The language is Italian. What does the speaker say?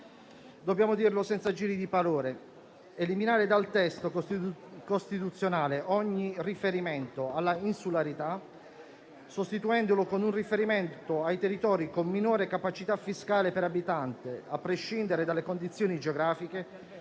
Dobbiamo dirlo senza giri di parole: eliminare dal testo costituzionale ogni riferimento alla insularità, sostituendolo con un riferimento ai territori con minore capacità fiscale per abitante, a prescindere dalle condizioni geografiche,